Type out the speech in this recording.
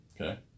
Okay